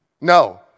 No